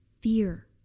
fear